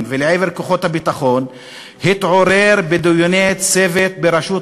ולעבר כוחות הביטחון התעורר בדיוני צוות בראשות